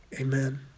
amen